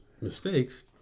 mistakes